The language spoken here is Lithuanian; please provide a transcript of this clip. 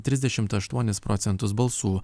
trisdešimt aštuonis procentus balsų